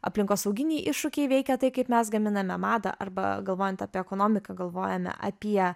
aplinkosauginiai iššūkiai veikia tai kaip mes gaminame madą arba galvojant apie ekonomiką galvojame apie